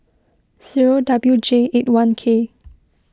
zero W J eight one K